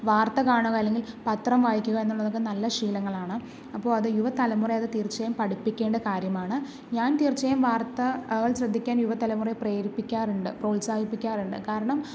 വാർത്ത കാണുക അല്ലെങ്കിൽ പത്രം വായിക്കുക എന്നുള്ളത് ഒക്കെ നല്ല ശീലങ്ങളാണ് അപ്പോൾ അത് യുവതലമുറയെ അത് തീർച്ചയായും പഠിപ്പിക്കേണ്ട കാര്യമാണ് ഞാൻ തീർച്ചയായും വാർത്ത അത് ശ്രദ്ധിക്കാൻ യുവതലമുറയെ പ്രേരിപ്പിക്കാറുണ്ട് പ്രോത്സാഹിപ്പിക്കാറുണ്ട് കാരണം